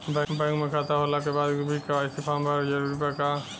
Bank में खाता होला के बाद भी के.वाइ.सी फार्म भरल जरूरी बा का?